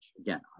again